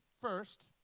first